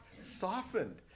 softened